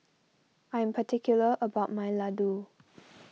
I'm particular about my Ladoo